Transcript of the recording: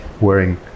wearing